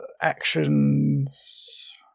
Actions